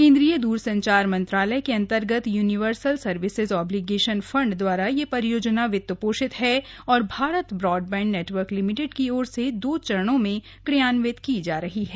केन्द्रीय दूरसंचार मंत्रालय अंतर्गत यूनीवर्सल सर्विसेज ऑबलीगेशन फंड द्वारा यह परियोजना वित्त पोषित है और भारत ब्रॉडबैंड नेटवर्क लिमिटेड की ओर से यह परियोजना दो चरणों में क्रियान्वित की जा रही है